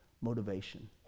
motivation